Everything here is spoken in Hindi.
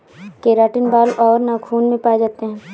केराटिन बाल और नाखून में पाए जाते हैं